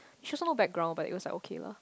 she also not background but it was like okay lah